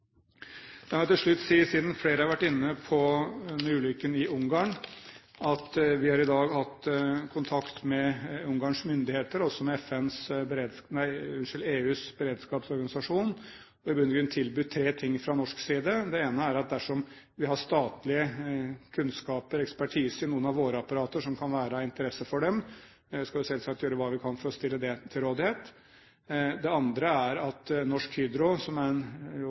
La meg til slutt si, siden flere har vært inne på denne ulykken i Ungarn, at vi har i dag hatt kontakt med Ungarns myndigheter og også med EUs beredskapsorganisasjon. Det ble tilbudt tre ting fra norsk side: Det ene er at dersom vi har statlig kunnskap eller ekspertise i noen av våre apparater som kan være av interesse for dem, skal vi selvsagt gjøre hva vi kan for å stille det til rådighet. Det andre er: Norsk Hydro, som jo er en